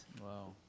Wow